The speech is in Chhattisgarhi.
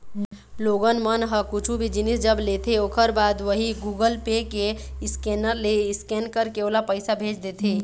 लोगन मन ह कुछु भी जिनिस जब लेथे ओखर बाद उही गुगल पे के स्केनर ले स्केन करके ओला पइसा भेज देथे